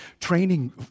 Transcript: training